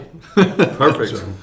perfect